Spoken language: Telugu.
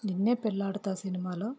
నిన్నే పెళ్ళాడుతా సినిమాలో